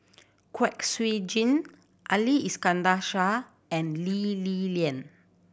Kwek Siew Jin Ali Iskandar Shah and Lee Li Lian